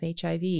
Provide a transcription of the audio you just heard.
HIV